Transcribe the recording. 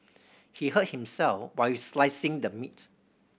he hurt himself while slicing the meat